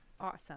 Awesome